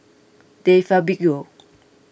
De Fabio